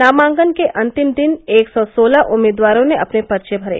नामांकन के अंतिम दिन एक सौ सोलह उम्मीदवारों ने अपने पर्चे भरे